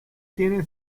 tienen